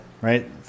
right